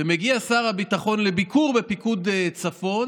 ומגיע שר הביטחון לביקור בפיקוד צפון